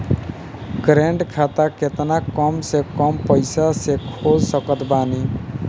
Current खाता केतना कम से कम पईसा से खोल सकत बानी?